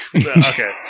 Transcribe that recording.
Okay